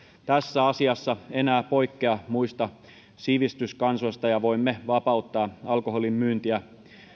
tässä asiassa enää poikkea muista sivistyskansoista ja voimme vapauttaa alkoholin myyntiä